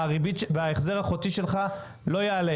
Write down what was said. וההחזר החודשי שלך לא יעלה,